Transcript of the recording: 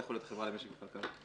זה יכול להיות חברה למשק וכלכלה.